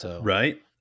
Right